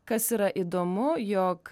kas yra įdomu jog